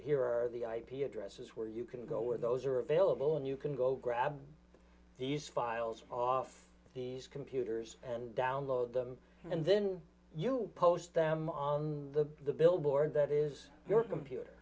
here are the ip addresses where you can go where those are available and you can go grab these files off these computers and download them and then you post them on the billboard that is your computer